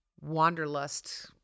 wanderlust